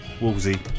Wolsey